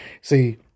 See